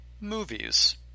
movies